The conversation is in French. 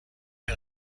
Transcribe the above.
est